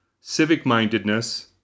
civic-mindedness